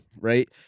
right